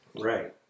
Right